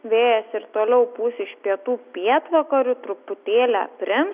vėjas ir toliau pūs iš pietų pietvakarių truputėlį aprims